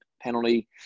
penalty